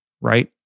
Right